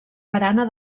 barana